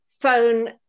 phone